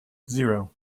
zero